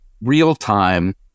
real-time